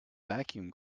vacuum